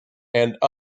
and